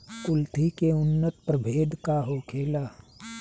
कुलथी के उन्नत प्रभेद का होखेला?